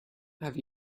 have